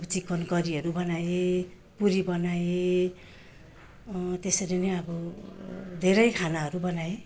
अब चिकन करीहरू बनाएँ पुरी बनाएँ त्यसरी नै अब धेरै खानाहरू बनाएँ